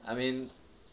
I mean